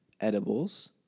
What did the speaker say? edibles